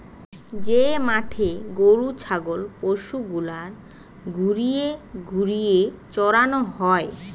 যে মাঠে গরু ছাগল পশু গুলার ঘুরিয়ে ঘুরিয়ে চরানো হয়